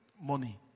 money